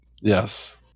Yes